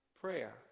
prayer